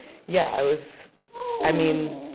yeah, i was i mean,